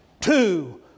two